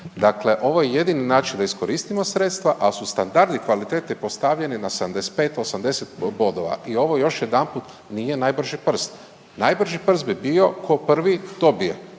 Dakle, ovo je jedini način da iskoristimo sredstva, al su standardi kvaliteti postavljeni na 75-80 bodova i ovo još jedanput nije najbrži prst. Najbrži prst bi bio ko prvi dobije,